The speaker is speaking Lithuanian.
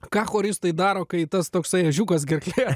ką choristai daro kai tas toksai ežiukas gerklėje